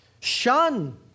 Shun